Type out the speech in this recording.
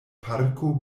parko